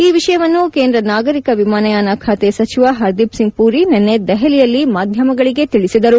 ಈ ವಿಷಯವನ್ನು ಕೇಂದ್ರ ನಾಗರಿಕ ವಿಮಾನಯಾನ ಖಾತೆ ಸಚಿವ ಹರ್ದೀಪ್ಸಿಂಗ್ ಪುರಿ ನಿನ್ನೆ ದೆಹಲಿಯಲ್ಲಿ ಮಾಧ್ಯಮಗಳಿಗೆ ತಿಳಿಸಿದರು